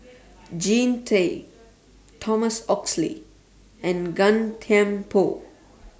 Jean Tay Thomas Oxley and Gan Thiam Poh